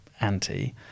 anti